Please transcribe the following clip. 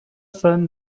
son